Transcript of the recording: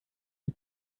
die